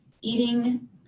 Eating